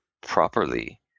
properly